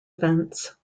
events